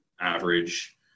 average